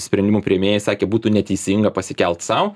sprendimų priėmėjai sakė būtų neteisinga pasikelt sau